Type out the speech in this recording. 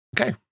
Okay